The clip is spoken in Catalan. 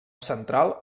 central